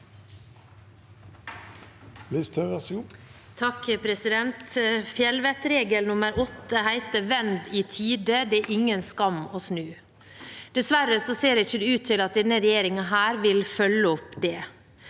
(FrP) Fjellvettregel num- mer åtte heter: Vend i tide, det er ingen skam å snu. Dessverre ser det ikke ut til at denne regjeringen vil følge opp det,